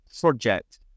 project